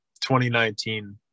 2019